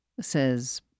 says